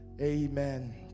Amen